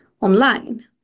online